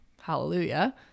Hallelujah